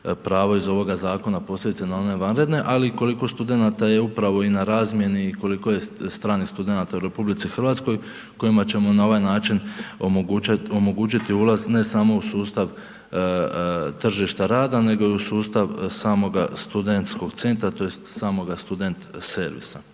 pravo iz ovoga zakona, posebice na one vanredne, ali koliko studenata je upravo i na razmjeni i koliko je stranih studenata u RH kojima ćemo na ovaj način omogućiti ulaz ne samo u sustav tržišta rada nego i u sustav samog studentskog centra tj. samoga student servisa.